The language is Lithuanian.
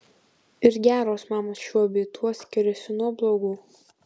ir geros mamos šiuo bei tuo skiriasi nuo blogų